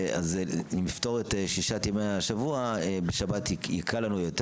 אז נפתור את ששת ימי השבוע ובשבת ייקל לנו יותר.